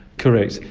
correct.